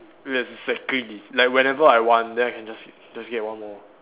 exactly like whenever I want then I can just just get one more